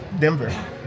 Denver